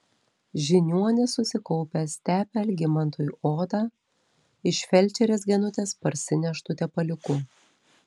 žiniuonis susikaupęs tepė algimantui odą iš felčerės genutės parsineštu tepaliuku